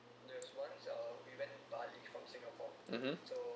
(uh huh)